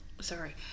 Sorry